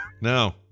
No